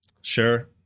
Sure